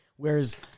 Whereas